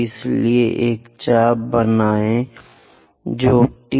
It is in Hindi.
इसलिए एक चाप बनाएं जो T